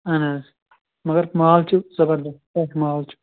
اَہَن حظ مگر مال چھُ زَبَردَس پٮ۪ٹ مال چھُ